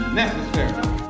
necessary